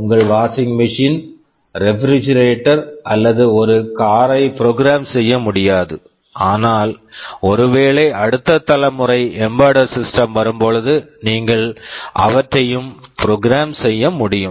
உங்கள் washing machine washing machine refrigerator refrigerator அல்லது ஒரு கார் car ஐ ப்ரோக்ராம் program செய்ய முடியாது ஆனால் ஒருவேளை அடுத்த தலைமுறை எம்பெட்டட் சிஸ்டம் embedded system வரும்பொழுது நீங்கள் அவற்றையும் ப்ரோக்ராம் programசெய்ய முடியும்